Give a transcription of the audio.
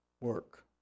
work